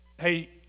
hey